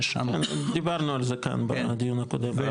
דיברנו על זה כאן בדיון הקודם.